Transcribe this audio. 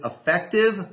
effective